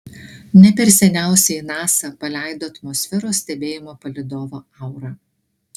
ne per seniausiai nasa paleido atmosferos stebėjimo palydovą aura